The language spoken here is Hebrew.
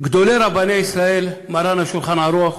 גדולי רבני ישראל: מרן ה"שולחן ערוך",